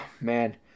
man